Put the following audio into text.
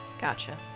Gotcha